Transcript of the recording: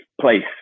place